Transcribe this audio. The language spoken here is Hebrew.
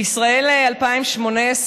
בישראל 2018,